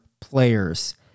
players